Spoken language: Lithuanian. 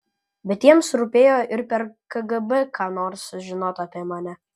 bet jiems rūpėjo ir per kgb ką nors sužinot apie mane